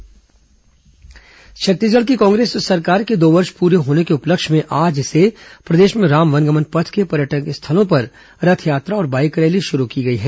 रथ यात्रा bike rally Chhattisgarh की कांग्रेस सरकार के दो वर्ष पुरे होने के उपलक्ष्य में आज से प्रदेश में राम वनगमन पथ के पर्यटन स्थलों पर रथ यात्रा और बाइक रैली शुरू की गई है